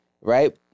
right